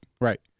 right